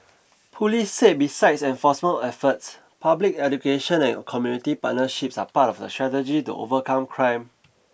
police said besides enforcement efforts public education and community partnerships are part of the strategy to overcome crime